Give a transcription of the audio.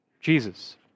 Jesus